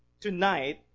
tonight